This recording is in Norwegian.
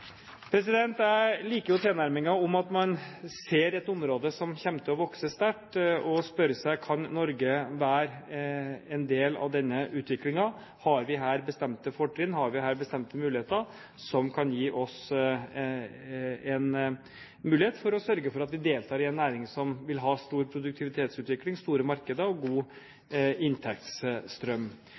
Jeg liker den tilnærmingen at man ser et område som kommer til å vokse sterkt, og spør seg: Kan Norge være en del av denne utviklingen, har vi her bestemte fortrinn, har vi her bestemte muligheter som kan gi oss en mulighet for å sørge for at vi deltar i en næring som vil ha stor produktivitetsutvikling, store markeder og god inntektsstrøm?